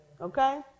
okay